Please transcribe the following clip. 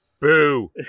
Boo